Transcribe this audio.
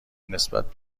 نسبت